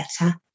better